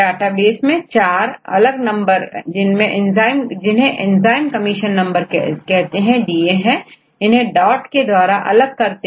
database में4 अलग number जिन्हें एंजाइम कमीशन नंबर कहते हैं दिए हैं इन्हें डॉट के द्वारा अलग करते हैं